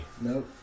Nope